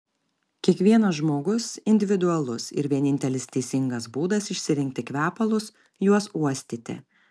kiekvienas žmogus individualus ir vienintelis teisingas būdas išsirinkti kvepalus juos uostyti